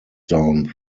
down